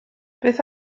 beth